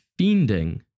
fiending